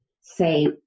say